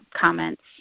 comments